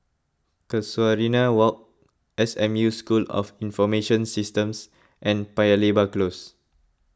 Casuarina Walk S M U School of Information Systems and Paya Lebar Close